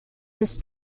this